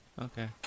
Okay